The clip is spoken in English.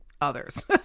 others